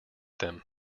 them